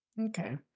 Okay